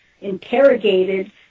interrogated